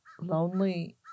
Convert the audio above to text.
lonely